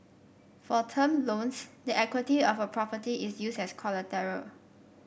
for term loans the equity of a property is used as collateral